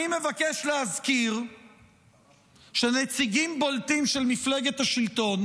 אני מבקש להזכיר שנציגים בולטים של מפלגת השלטון